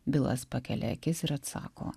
bilas pakelia akis ir atsako